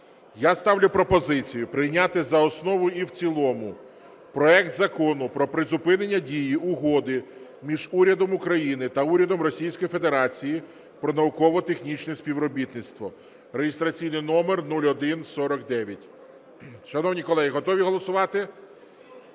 Я ставлю пропозицію прийняти за основу і в цілому проект Закону про призупинення дії Угоди між Урядом України та Урядом Російської Федерації про науково-технічне співробітництво (реєстраційний номер 0149). Шановні колеги, готові голосувати?